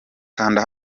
kanda